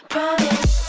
Promise